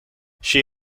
she